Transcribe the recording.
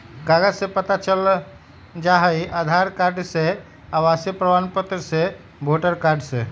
कागज से पता चल जाहई, आधार कार्ड से, आवासीय प्रमाण पत्र से, वोटर कार्ड से?